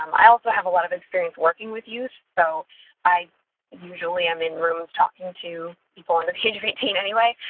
um i also have a lot of experience working with youth, so i usually am in rooms talking to people on the page routine anyway,